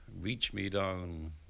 reach-me-down